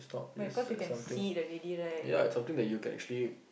but it cause we can see it already right